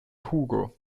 hugo